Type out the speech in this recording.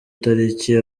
tariki